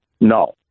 No